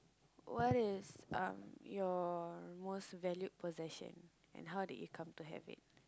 what is uh your most valued possession and how did you come to have it